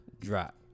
drop